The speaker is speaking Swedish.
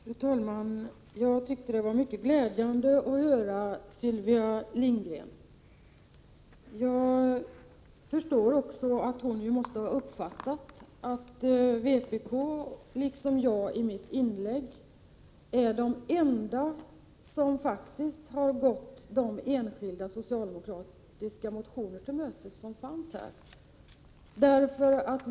Fru talman! Jag tyckte det var mycket glädjande att få höra Sylvia Lindgrens inlägg. Jag förstår att hon måste ha uppfattat att vi i vpk — det gav jag uttryck för i mitt inlägg — är de enda som faktiskt har gått de enskilda socialdemokratiska motioner som finns i detta sammanhang till mötes.